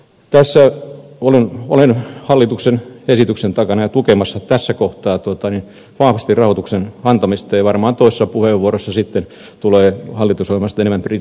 tässä olen hallituksen esityksen takana ja tukemassa tässä kohtaa vahvasti rahoituksen antamista ja varmaan toisessa puheenvuorossa sitten tulee hallitusohjelmasta enemmän kritiikkiäkin